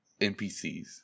NPCs